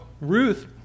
Ruth